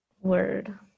Word